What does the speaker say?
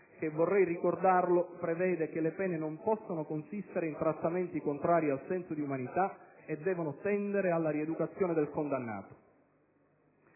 che - vorrei ricordarlo - prevede che «le pene non possono consistere in trattamenti contrari al senso di umanità e devono tendere alla rieducazione del condannato».